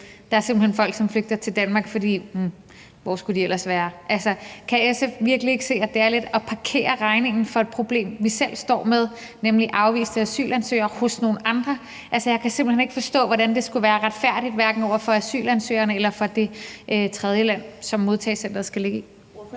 at der simpelt hen er folk, som flygter til Danmark, fordi ... hm, hvor skulle de ellers være? Altså, kan SF virkelig ikke se, at det er lidt at parkere regningen for et problem, vi selv står med, nemlig afviste asylansøgere hos nogle andre? Jeg kan altså simpelt hen ikke forstå, hvordan det skulle være retfærdigt over for asylansøgerne og det tredjeland, som modtagecenteret skal ligge i.